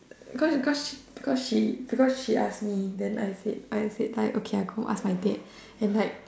because because she because she because she ask me then I said I said like okay I go ask my dad and like